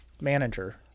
manager